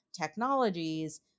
technologies